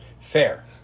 Fair